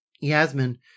Yasmin